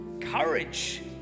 courage